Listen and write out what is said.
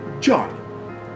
John